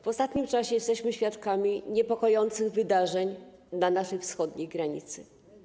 W ostatnim czasie jesteśmy świadkami niepokojących wydarzeń na naszej wschodniej granicy.